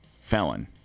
felon